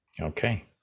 Okay